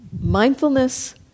Mindfulness